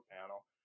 panel